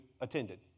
attended